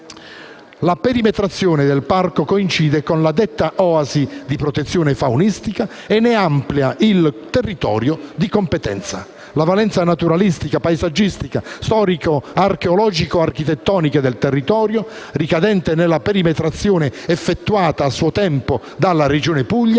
La perimetrazione del parco coincide con la detta oasi di protezione faunistica e ne amplia il territorio di competenza. La valenza naturalistica, paesaggistica, storico-archeologico-architettonica del territorio ricadente nella perimetrazione effettuata a suo tempo dalla Regione Puglia